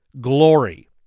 glory